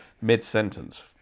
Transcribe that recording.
mid-sentence